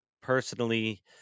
personally